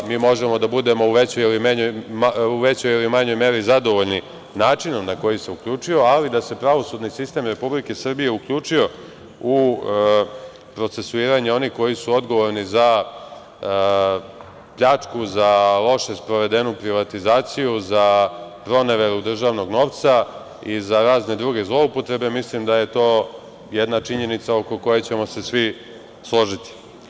Mi možemo da budemo u većoj ili manjoj meri zadovoljni načinom na koji se uključio, ali da se pravosudni sistem Republike Srbije uključio u procesuiranje onih koji su odgovorni za pljačku, za loše sprovedenu privatizaciju, za proneveru državnog novca i za razne druge zloupotrebe, mislim da je to jedna činjenica oko koje ćemo se svi složiti.